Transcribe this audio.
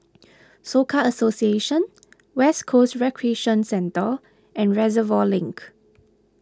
Soka Association West Coast Recreation Centre and Reservoir Link